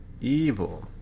evil